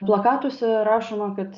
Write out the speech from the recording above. plakatuose rašoma kad